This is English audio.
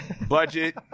Budget